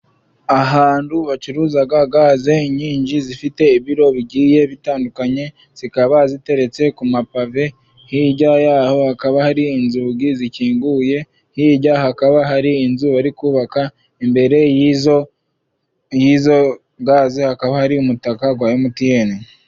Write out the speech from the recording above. Ahantu bacuruzaga gaze nyinshi zifite ibiro bigiye bitandukanye, zikaba ziteretse ku mapave. Hirya yaho hakaba hari inzugi zikinguye, hirya hakaba hari inzu bari kubaka. Imbere y'izo gazi hakaba hari umutaka wa MTN.